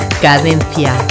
Cadencia